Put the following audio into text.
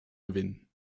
gewinnen